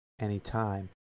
anytime